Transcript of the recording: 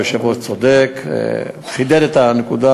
היושב-ראש צודק וחידד את הנקודה.